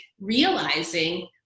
realizing